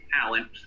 talent